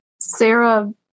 Sarah